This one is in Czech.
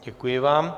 Děkuji vám.